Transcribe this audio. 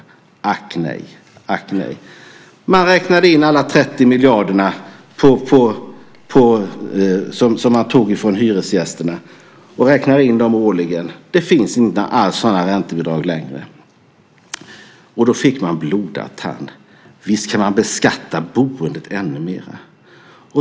Men ack nej, man räknade in alla de 30 miljarder som man tog från hyresgästerna årligen. Det finns inte alls några sådana räntebidrag längre. Då fick man blodad tand. Visst kan man beskatta boendet ännu mer.